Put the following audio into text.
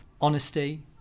honesty